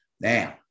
Now